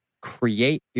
create